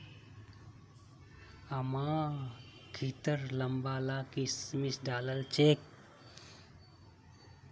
अम्मा खिरत लंबा ला किशमिश डालिल छेक